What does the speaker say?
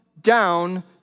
down